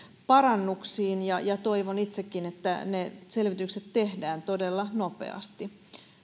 parannuksiin ja ja toivon itsekin että ne selvitykset tehdään todella nopeasti